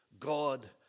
God